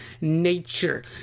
nature